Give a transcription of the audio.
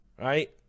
right